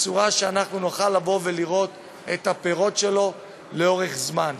בצורה שנוכל לבוא ולראות את הפירות שלו לאורך זמן.